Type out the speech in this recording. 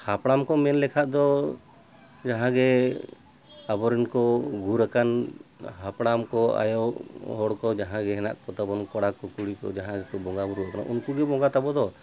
ᱦᱟᱯᱲᱟᱢ ᱠᱚ ᱢᱮᱱ ᱞᱮᱠᱷᱟᱱ ᱫᱚ ᱡᱟᱦᱟᱸ ᱜᱮ ᱟᱵᱚᱨᱮᱱ ᱠᱚ ᱜᱩᱨ ᱟᱠᱟᱱ ᱦᱟᱯᱲᱟᱢ ᱠᱚ ᱟᱭᱳ ᱦᱚᱲ ᱠᱚ ᱡᱟᱦᱟᱸᱜᱮ ᱦᱮᱱᱟᱜ ᱠᱚ ᱛᱟᱵᱚᱱ ᱠᱚᱲᱟ ᱠᱚ ᱠᱩᱲᱤ ᱠᱚ ᱡᱟᱦᱟᱸᱭ ᱜᱮᱠᱚ ᱵᱚᱸᱜᱟ ᱵᱩᱨᱩ ᱟᱠᱟᱱᱟ ᱩᱱᱠᱩ ᱜᱮ ᱵᱚᱸᱜᱟ ᱛᱟᱵᱚ ᱫᱚ